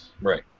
Right